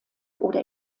oder